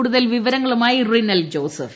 കൂടുതൽ വിവരങ്ങളുമായി റിനൽ ജോസഫ്